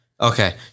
Okay